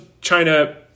China